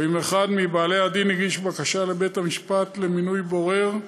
או אם אחד מבעלי-הדין הגיש בקשה לבית-המשפט למינוי בורר,